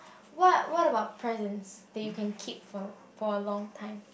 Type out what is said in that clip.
what what about presents that you can keep for a for a long time